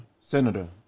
Senator